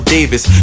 Davis